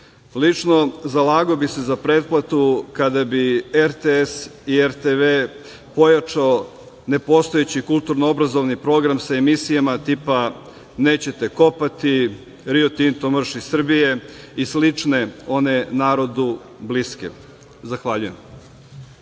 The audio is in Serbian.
zalagao bih se za pretplatu kada bi RTS i RTV pojačao nepostojeći kulturno-obrazovni program sa emisijama tipa „Nećete kopati“, „Rio Tinto, marš iz Srbije“ i slične one narodu bliske. Zahvaljujem.